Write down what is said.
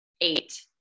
Eight